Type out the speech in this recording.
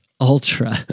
Ultra